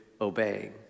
obeying